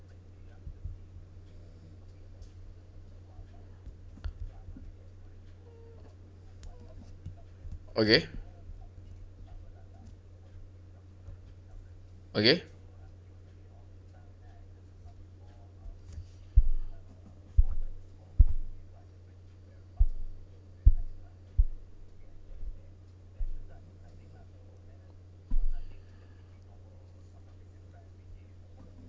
okay okay